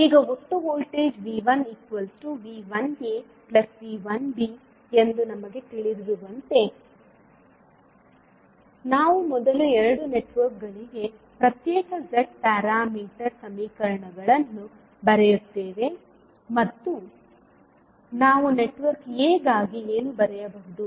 ಈಗ ಈಗ ಒಟ್ಟು ವೋಲ್ಟೇಜ್V1V1aV1b ಎಂದು ನಮಗೆ ತಿಳಿದಿರುವಂತೆ ನಾವು ಮೊದಲು ಎರಡೂ ನೆಟ್ವರ್ಕ್ಗಳಿಗೆ ಪ್ರತ್ಯೇಕ z ಪ್ಯಾರಾಮೀಟರ್ ಸಮೀಕರಣಗಳನ್ನು ಬರೆಯುತ್ತೇವೆ ಮತ್ತು ನಾವು ನೆಟ್ವರ್ಕ್ a ಗಾಗಿ ಏನು ಬರೆಯಬಹುದು